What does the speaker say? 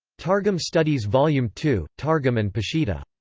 targum studies volume two targum and peshitta.